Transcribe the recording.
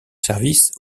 service